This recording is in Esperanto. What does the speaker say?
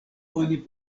oni